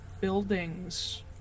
buildings